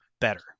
better